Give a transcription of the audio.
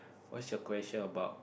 what's your question about